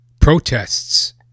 protests